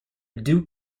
duke